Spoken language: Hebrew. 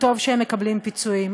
וטוב שהם מקבלים פיצויים.